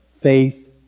Faith